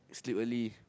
sleep early